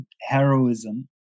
heroism